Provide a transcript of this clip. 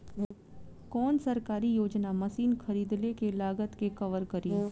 कौन सरकारी योजना मशीन खरीदले के लागत के कवर करीं?